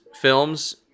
films